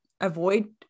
avoid